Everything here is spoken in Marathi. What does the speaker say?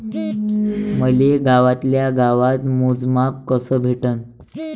मले गावातल्या गावात मोजमाप कस भेटन?